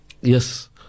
Yes